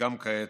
גם כעת,